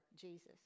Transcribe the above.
Jesus